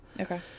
Okay